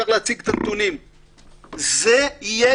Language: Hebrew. שאפשר להציג את הנתונים.